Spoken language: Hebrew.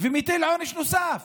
ומטיל עונש נוסף,